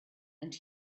and